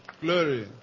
Glory